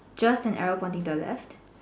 just an arrow pointing to the left